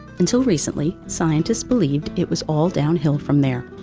until recently, scientists believed it was all downhill from there.